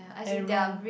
and Rome